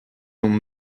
omp